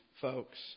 folks